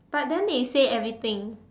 but then they said everything